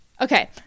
Okay